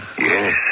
Yes